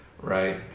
right